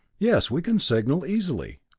yes we can signal easily,